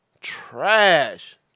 Trash